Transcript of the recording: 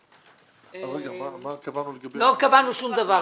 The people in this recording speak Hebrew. אז מה קבענו לגבי -- לא קבענו שום דבר.